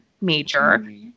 major